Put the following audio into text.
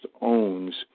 owns